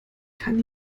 kann